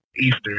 easter